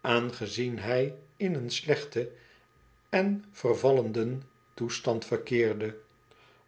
aangezien hij in een slechten en vervallenden toestand verkeerde